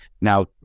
Now